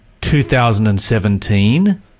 2017